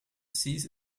cease